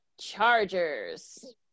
Chargers